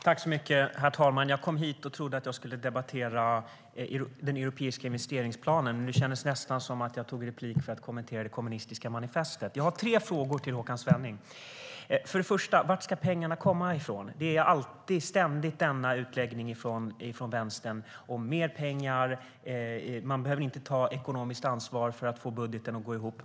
Herr talman! När jag kom hit trodde jag att skulle debattera den europeiska investeringsplanen. Nu känns det nästan som att jag begärde replik för att kommentera det kommunistiska manifestet. Jag har tre frågor till Håkan Svenneling. För det första: Var ska pengarna komma ifrån? Vänstern har ständigt samma utläggning om mer pengar. Man behöver inte ta ekonomiskt ansvar för att få budgeten att gå ihop.